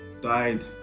died